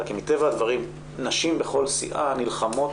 כי מטבע הדברים נשים בכל סיעה נלחמות